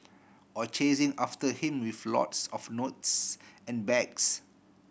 or chasing after him with lots of notes and bags